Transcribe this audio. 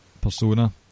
persona